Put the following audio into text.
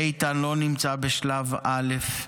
איתן לא נמצא בשלב א',